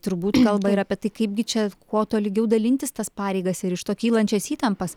turbūt kalba ir apie tai kaipgi čia kuo tolygiau dalintis tas pareigas ir iš to kylančias įtampas